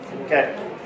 Okay